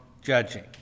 judging